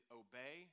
obey